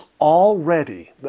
already